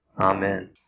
Amen